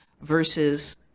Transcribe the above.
versus